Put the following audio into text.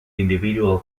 individual